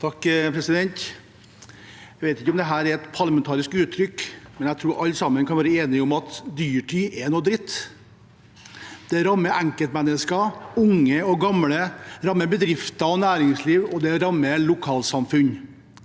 (A) Jeg vet ikke om det- te er et parlamentarisk uttrykk, men jeg tror alle sammen kan være enige om at dyrtid er noe dritt. Det rammer enkeltmennesker, unge og gamle, det rammer bedrifter og næringsliv, og det rammer lokalsamfunn.